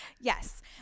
Yes